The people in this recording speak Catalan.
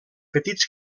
petits